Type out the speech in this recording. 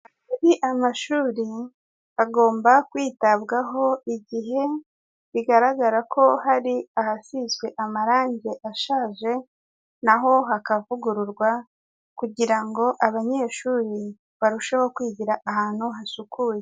Amashuri agomba kwitabwaho igihe bigaragara ko hari ahasizwe amarangi ashaje naho hakavugururwa kugira ngo abanyeshuri barusheho kwigira ahantu hasukuye.